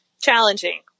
challenging